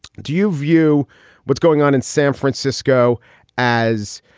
do you view what's going on in san francisco as.